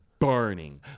Burning